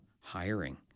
hiring